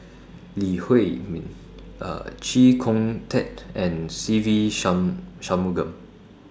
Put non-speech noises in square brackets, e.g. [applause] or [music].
Lee Huei Min [hesitation] Chee Kong Tet and Se Ve [unintelligible] Shanmugam